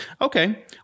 okay